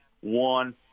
one